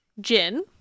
gin